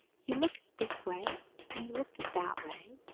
he looked this way and he looked that way.